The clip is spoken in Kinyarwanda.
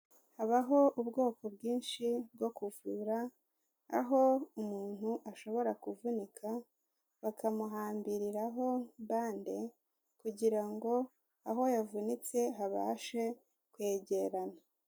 Habaho ubwoko bwinshi bwo kuvura, aho umuntu ashobora kuvunika, bakamuhambiriraho bande kugira ngo aho yavunitse habashe kwegerana.